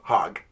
Hog